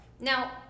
Now